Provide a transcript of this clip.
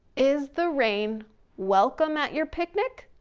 is the rain welcome at your picnic?